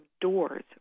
doors